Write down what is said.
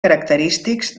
característics